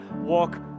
walk